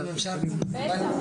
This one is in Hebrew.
(דבריו